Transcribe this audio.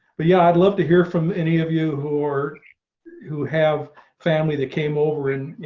but yeah, i'd love to hear from any of you who are who have family that came over in, you